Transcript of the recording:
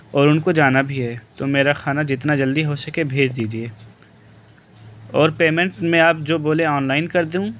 اور ان کو جانا بھی ہے تو میرا کھانا جتنا جلدی ہو سکے بھیج دیجیے اور پیمنٹ میں آپ جو بولیں آن لائن کر دوں